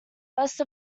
west